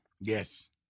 Yes